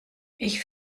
ich